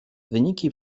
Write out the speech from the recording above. wyniki